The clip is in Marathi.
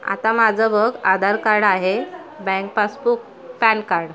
आता माझं बघ आधार कार्ड आहे बँक पासबुक पॅन कार्ड